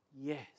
Yes